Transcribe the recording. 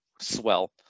swell